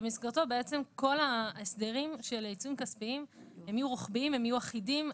במסגרתו כל ההסדרים של העיצומים הכספיים יהיו רוחביים ויהיו אחידים.